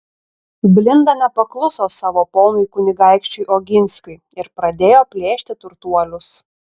blinda nepakluso savo ponui kunigaikščiui oginskiui ir pradėjo plėšti turtuolius